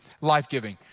Life-giving